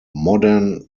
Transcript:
modern